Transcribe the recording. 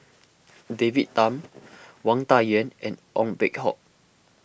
David Tham Wang Dayuan and Ong Peng Hock